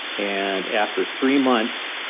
and after three months,